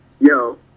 Yo